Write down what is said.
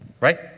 right